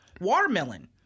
Watermelon